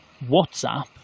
WhatsApp